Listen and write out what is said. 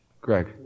Greg